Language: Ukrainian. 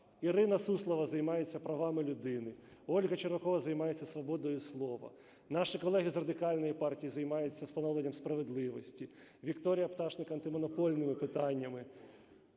Ірина Суслова займається правами людини. Ольга Червакова займається свободою слова. Наші колеги з Радикальної партії займаються встановленням справедливості. Вікторія Пташник – антимонопольними питаннями,